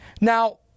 Now